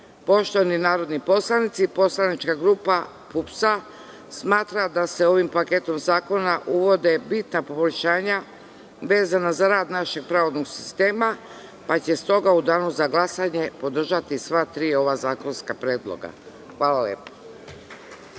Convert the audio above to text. narodni poslanici, poslanička grupa PUPS-a smatra da se ovim paketom zakona uvode bitna poboljšanja vezano za rad našeg pravosudnog sistema, pa će stoga u Danu za glasanje podržati sva tri zakonska predloga. Hvala lepo.